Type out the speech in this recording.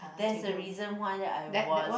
that's the reason why I was